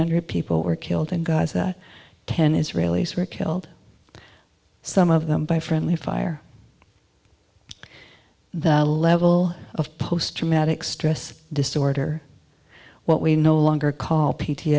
hundred people were killed in gaza ten israelis were killed some of them by friendly fire the level of post traumatic stress disorder what we no longer call p t